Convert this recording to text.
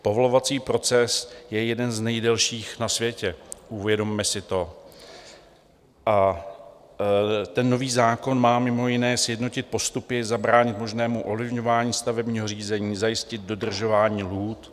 Povolovací proces je jeden z nejdelších na světě, uvědomme si to, a nový zákon má mimo jiné sjednotit postupy, zabránit možnému ovlivňování stavebního řízení, zajistit dodržování lhůt.